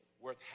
worth